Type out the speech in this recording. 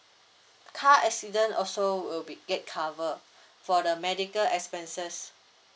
car accident also will be get covered for the medical expenses